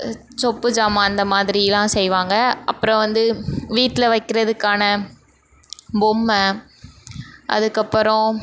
சொப்பு ஜாமான் அந்தமாதிரிலாம் செய்வாங்க அப்புறோம் வந்து வீட்டில் வைக்கிறதுக்கான பொம்மை அதுக்கப்புறம்